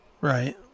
Right